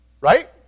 Right